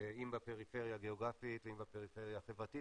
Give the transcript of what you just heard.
אם בפריפריה הגיאוגרפית ואם בפריפריה החברתית